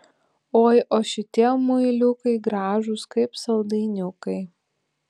oi o šitie muiliukai gražūs kaip saldainiukai